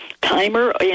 timer